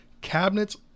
Cabinets